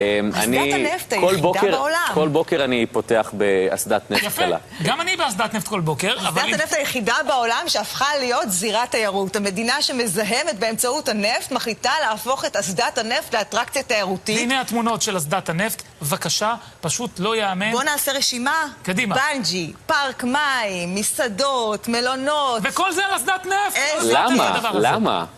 אסדת הנפט היחידה בעולם. כל בוקר אני פותח באסדת נפט. יפה, גם אני באסדת נפט כל בוקר. אסדת הנפט היחידה בעולם שהפכה להיות זירה תיירות. המדינה שמזהמת באמצעות הנפט מחליטה להפוך את אסדת הנפט לאטרקציה תיירותית. הנה התמונות של אסדת הנפט. בבקשה, פשוט לא ייאמן. בוא נעשה רשימה. קדימה. באנג'י, פארק מים, מסעדות, מלונות. וכל זה על אסדת נפט. למה? למה?